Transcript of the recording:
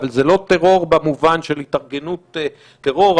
אבל זה לא טרור במובן של התארגנות טרור,